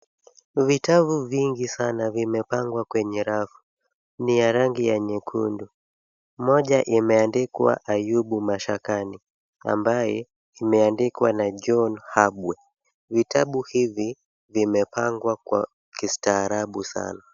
Vitabu vingi sana vimepangwa kwenye rafu. Ni ya rangi ya nyekungu. Moja imeandikwa Ayubu mashakani ambaye imeandikwa na John Habwe. Vitabu hivi vimepangwa kwa kistaarabu sana.